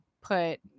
put